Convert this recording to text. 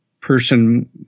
person –